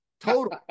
total